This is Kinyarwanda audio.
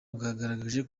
bwagaragaje